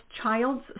child's